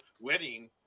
wedding